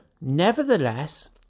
Nevertheless